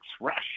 Rush